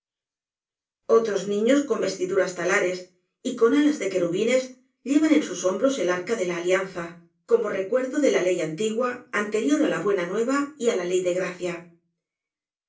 otros niños con vestiduras talares y con alas de querubines llevan en sus hombros el arca de la alianza como recuerdo de la ley antigua anterior á la buena nueva y á la ley de gracia